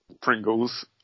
pringles